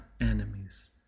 enemies